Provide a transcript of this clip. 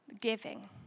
giving